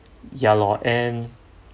ya lor and